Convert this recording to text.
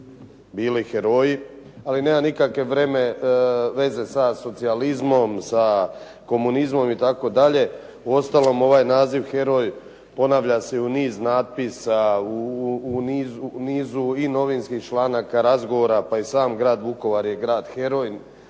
bili heroji, ali nema nikakve veze sa socijalizmom, komunizmom, itd., uostalom ovaj naziv heroj ponavlja se i u niz natpisa, u nizu i novinskih članaka, razgovora, pa i sam grad Vukovar je grad heroj.